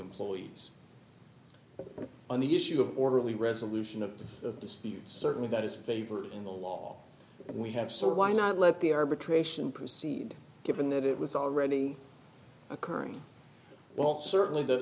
employees on the issue of orderly resolution of disputes certainly that is favored in the law and we have so why not let the arbitration proceed given that it was already occurring well certainly